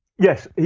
Yes